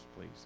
please